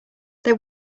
they